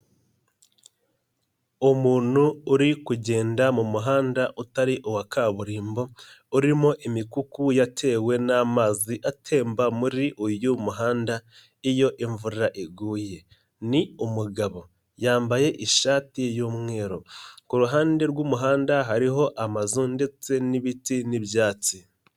Umuntu uri kugenda mu muhanda utari uwa kaburimbo, urimo imikuku yatewe n'amazi atemba muri uyu muhanda, iyo imvura iguye. Ni umugabo, yambaye ishati y'umweru, ku ruhande rw'umuhanda hariho amazu ndetse n'ibiti n'ibyatsi.